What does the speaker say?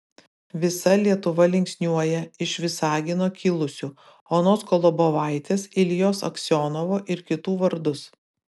visa lietuva linksniuoja iš visagino kilusių onos kolobovaitės iljos aksionovo ir kitų vardus